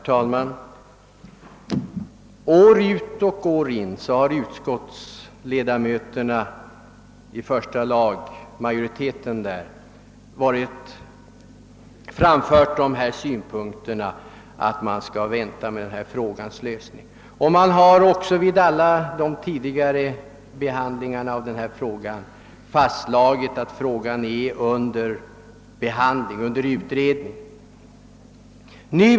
Herr talman! år ut och år in har majoriteten av första lagutskottets ledamöter framfört den synpunkten ait man bör vänta med denna frågas lösning. Då ärendet tidigare varit uppe till behandling har man fastslagit att den är föremål för utredning. Och därför har man avslagit motionerna.